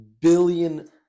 billion